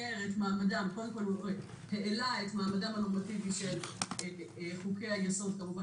שקודם כול העלה את מעמדם הנורמטיבי של חוקי-היסוד כמובן